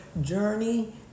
journey